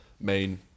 main